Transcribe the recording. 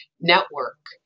Network